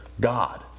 God